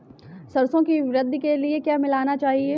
सरसों की वृद्धि के लिए क्या मिलाना चाहिए?